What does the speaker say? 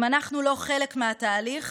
אם אנחנו לא חלק מהתהליך,